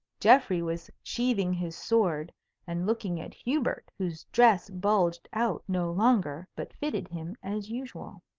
geoffrey was sheathing his sword and looking at hubert, whose dress bulged out no longer, but fitted him as usual.